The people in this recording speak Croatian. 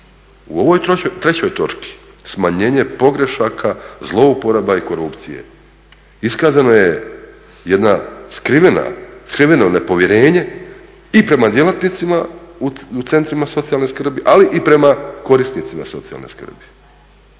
U ovoj trećoj točki smanjenje pogrešaka zlouporaba i korupcije iskazano je jedno skriveno nepovjerenje i prema djelatnicima u centrima socijalne skrbi, ali i prema korisnicima socijalne skrbi.